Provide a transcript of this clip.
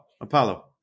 apollo